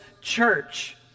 church